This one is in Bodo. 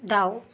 दाउ